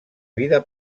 vida